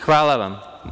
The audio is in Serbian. Hvala vam.